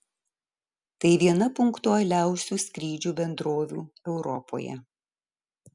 tai viena punktualiausių skrydžių bendrovių europoje